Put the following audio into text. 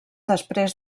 després